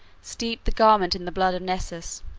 steeped the garment in the blood of nessus.